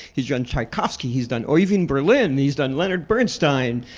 he's done tchaikovsky. he's done irving berlin. he's done leonard bernstein,